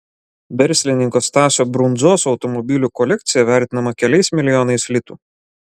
verslininko stasio brundzos automobilių kolekcija vertinama keliais milijonais litų